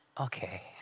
Okay